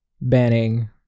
banning